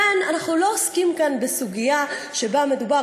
לכן אנחנו לא עוסקים כאן בסוגיה שבה מדובר,